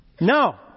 No